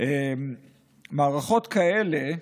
מערכות כאלה בכלל,